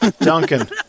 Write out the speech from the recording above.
Duncan